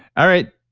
all right.